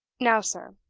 now, sir,